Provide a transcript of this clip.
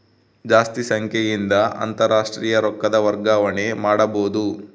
ಜಾಸ್ತಿ ಸಂಖ್ಯೆಯಿಂದ ಅಂತಾರಾಷ್ಟ್ರೀಯ ರೊಕ್ಕದ ವರ್ಗಾವಣೆ ಮಾಡಬೊದು